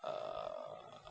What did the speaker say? err